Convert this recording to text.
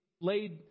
laid